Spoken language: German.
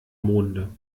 monde